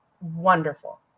wonderful